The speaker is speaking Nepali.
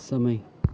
समय